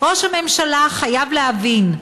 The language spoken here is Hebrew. "ראש הממשלה חייב להבין,